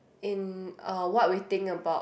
in uh what we think about